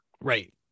Right